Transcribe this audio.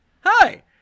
Hi